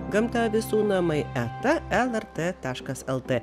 gamta visų namai eta lrt taškas lt